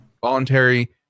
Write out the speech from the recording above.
voluntary